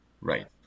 Right